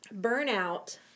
burnout